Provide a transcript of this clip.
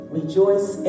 rejoice